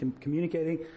communicating